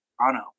Toronto